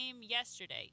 yesterday